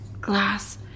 glass